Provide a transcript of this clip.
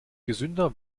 gesünder